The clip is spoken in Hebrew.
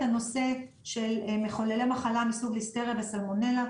הנושא של מחוללי מחלה מסוג ליסטריה וסלמולנה,